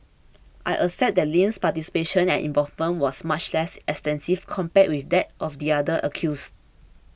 I accept that Lim's participation and involvement was much less extensive compared with that of the other accused